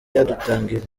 yadutangarije